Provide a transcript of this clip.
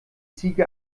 ziege